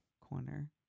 corner